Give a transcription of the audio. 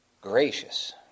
gracious